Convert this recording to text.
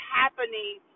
happening